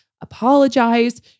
apologize